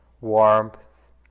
warmth